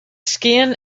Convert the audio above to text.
skin